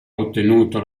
ottenuto